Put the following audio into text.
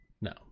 no